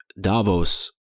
Davos